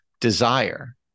desire